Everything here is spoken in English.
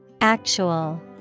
Actual